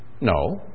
No